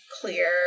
clear